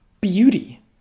beauty